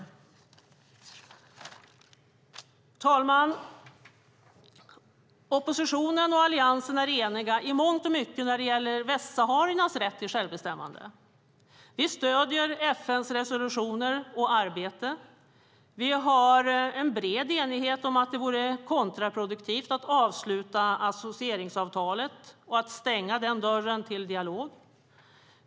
Herr talman! Oppositionen och Alliansen är i mångt och mycket eniga när det gäller västsahariernas rätt till självbestämmande. Vi stöder FN:s resolutioner och arbete. Vi har en bred enighet om att det vore kontraproduktivt att avsluta associeringsavtalet och stänga den dörren till dialog.